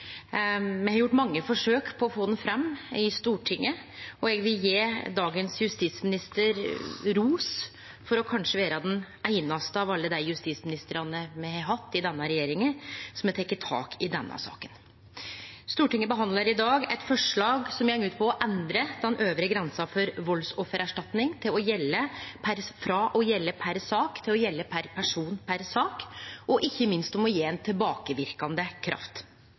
Me har gjort mange forsøk på å få ho fram i Stortinget, og eg vil gje dagens justisminister ros for kanskje å vere den einaste av alle dei justisministrane me har hatt i denne regjeringa som har teke tak i denne saka. Stortinget behandlar i dag eit forslag som går ut på å endre den øvre grensa for valdsoffererstatning frå å gjelde per sak til å gjelde per person per sak, og ikkje minst om å gje tilbakeverkande kraft.